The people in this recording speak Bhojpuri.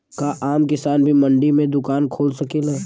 का आम किसान भी मंडी में दुकान खोल सकेला?